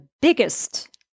biggest